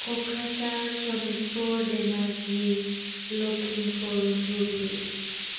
Kokrajhar Sonitpur Dhemaji Lakhimpur Dhubri